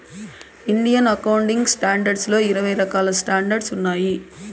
Indian accounting standards లో ఇరవై రకాల స్టాండర్డ్స్ ఉన్నాయి